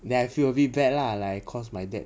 then I feel a bit bad lah like I cause my dad